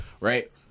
right